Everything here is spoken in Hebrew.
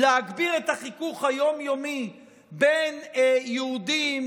להגביר את החיכוך היום-יומי בין יהודים,